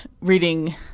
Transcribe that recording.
reading